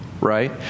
right